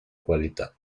qualità